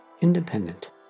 independent